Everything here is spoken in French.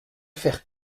faire